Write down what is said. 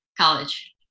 college